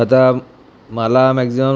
आता मला मॅक्झिमम